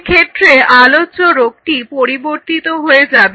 সেক্ষেত্রে আলোচ্য রোগটি পরিবর্তিত হয়ে যাবে